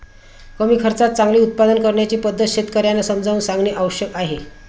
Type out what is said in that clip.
कमी खर्चात चांगले उत्पादन करण्याची पद्धत शेतकर्यांना समजावून सांगणे आवश्यक आहे